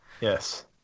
yes